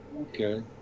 okay